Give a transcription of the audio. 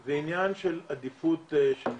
זה עניין של עדיפות של מדינה.